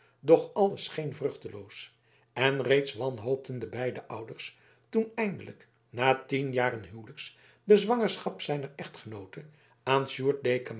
doch alles scheen vruchteloos en reeds wanhoopten de beide ouders toen eindelijk na tien jaren huwelijks de zwangerschap zijner echtgenoote aan